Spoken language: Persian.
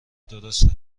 درسته